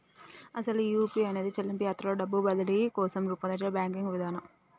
అసలు ఈ యూ.పీ.ఐ అనేది చెల్లింపు యాత్రలో డబ్బు బదిలీ కోసం రూపొందించిన బ్యాంకింగ్ విధానం